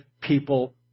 people